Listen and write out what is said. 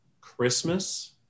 christmas